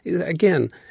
again